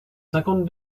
cinquante